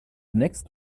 next